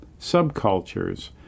subcultures